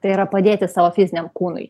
tai yra padėti savo fiziniam kūnui